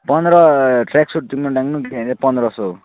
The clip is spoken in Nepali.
पन्ध्र ट्र्याकसुट तिम्रो डाङडुङ किन्यो भने पन्ध्र सय